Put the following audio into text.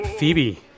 Phoebe